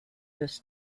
this